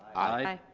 aye.